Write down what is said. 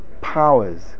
powers